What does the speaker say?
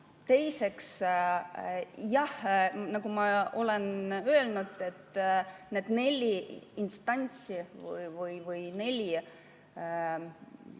Teiseks, jah, nagu ma olen öelnud, need neli instantsi või neli